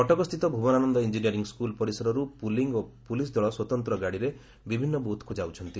କଟକସ୍ତିତ ଭୁବନାନନ engineering school ପରିସରରୁ polling ଓ ପୁଲିସ୍ ଦଳ ସ୍ୱତନ୍ତ ଗାଡ଼ିରେ ବିଭିନ୍ନ ବୁଥ୍କୁ ଯାଉଛନ୍ତି